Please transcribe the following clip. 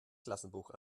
klassenbuch